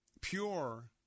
pure